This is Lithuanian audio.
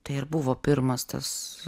tai ir buvo pirmas tas